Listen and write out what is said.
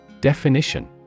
definition